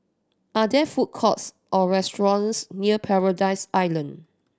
are there food courts or restaurants near Paradise Island